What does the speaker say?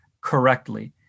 correctly